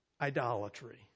idolatry